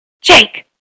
Jake